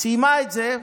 סיימה את זה,